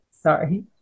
sorry